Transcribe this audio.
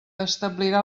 establirà